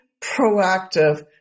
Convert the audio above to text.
proactive